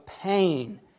pain